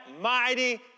mighty